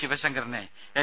ശിവങ്കറിനെ N